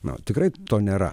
na tikrai to nėra